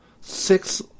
six